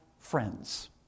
friends